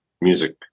music